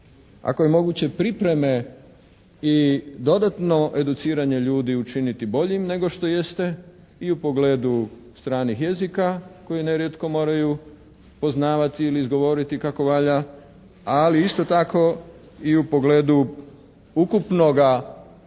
ako je moguće pripreme i dodatno educiranje ljudi učiniti boljim nego što jeste i u pogledu stranih jezika koji nerijetko moraju poznavati ili izgovoriti kako valja, ali isto tako i u pogledu ukupnoga